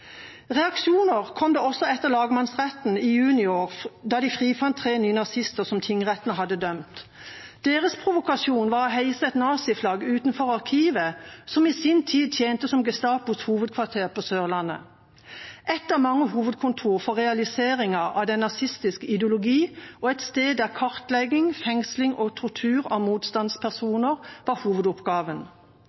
Reaksjoner kom det også etter lagmannsrettens behandling i juni i år, der de frifant tre nynazister som tingretten hadde dømt. Deres provokasjon var å heise et naziflagg utenfor Arkivet, som i sin tid tjente som Gestapos hovedkvarter på Sørlandet, et av mange hovedkontor for realiseringen av den nazistiske ideologien og et sted der kartlegging, fengsling og tortur av motstandspersoner var hovedoppgaven.